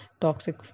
toxic